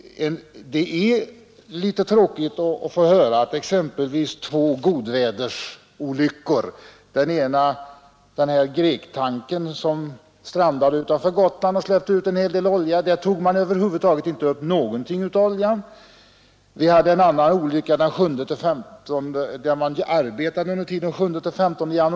Det är litet tråkigt att få höra att exempelvis vid två godvädersolyckor har ingenting eller bara litet av olja tagits upp. I ena fallet gällde det den grekiska tanker som strandade utanför Gotland och släppte ut en hel del olja — där tog man över huvud taget inte upp någonting av oljan. Vid en annan olycka, Tärnsjöolyckan, kom det ut ungefär 300 ton olja.